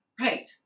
right